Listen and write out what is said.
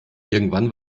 irgendwann